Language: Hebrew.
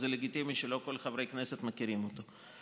זה לגיטימי שלא כל חברי הכנסת מכירים אותו.